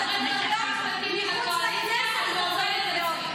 ואתה צריך להיות -- בכנסת הקודמת עידית סילמן --- נגשה